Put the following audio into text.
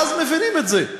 ואז מבינים את זה.